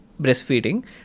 breastfeeding